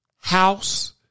house